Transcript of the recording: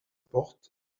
porte